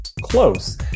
Close